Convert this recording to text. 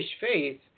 faith